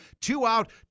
two-out